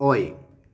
ꯑꯣꯏ